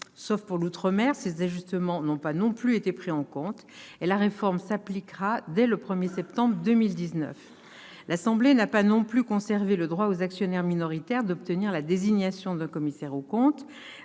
Sauf pour l'outre-mer, ces ajustements n'ont pas non plus été pris en compte, et la réforme s'appliquera dès le 1 septembre 2019. L'Assemblée nationale n'a pas davantage conservé le droit pour les actionnaires minoritaires d'obtenir la désignation d'un commissaire aux comptes,